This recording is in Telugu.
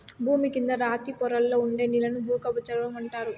భూమి కింద రాతి పొరల్లో ఉండే నీళ్ళను భూగర్బజలం అంటారు